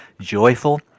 joyful